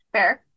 Fair